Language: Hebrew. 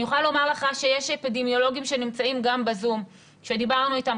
אני יכולה לומר לך שיש אפידמיולוגים שנמצאים גם בזום שדיברנו איתם,